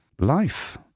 life